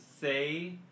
say